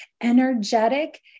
energetic